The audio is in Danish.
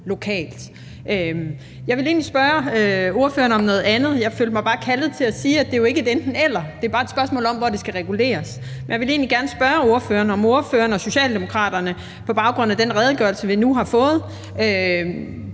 lokalt. Jeg ville egentlig spørge ordføreren om noget andet. Jeg følte mig bare kaldet til at sige, at det jo ikke er et enten-eller; det er bare et spørgsmål om, hvor det skal reguleres. Men jeg vil egentlig gerne spørge ordføreren, om ordføreren og Socialdemokraterne på baggrund af den redegørelse, vi nu har fået,